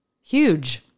Huge